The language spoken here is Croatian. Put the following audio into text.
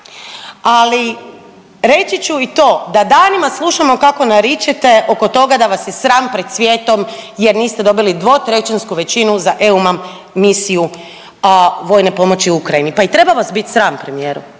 Ali reći ću i to da danima slušamo kako naričete oko toga da vas je sram pred svijetom jer niste dobili dvotrećinsku većinu sa EUMAM misiju vojne pomoći Ukrajini. Pa i treba vas biti sram premijeru!